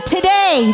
Today